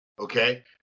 Okay